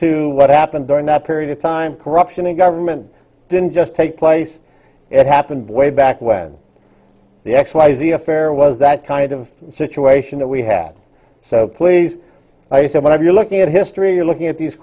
to what happened during that period of time corruption in government didn't just take place it happened way back when the x y z affair was that kind of situation that we had so please i said what are you looking at history you're looking at these